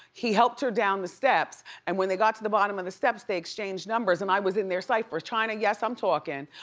he helped her down the steps and when they got to the bottom of the steps they exchanged numbers and i was in their sight, for chyna, yes i'm talking.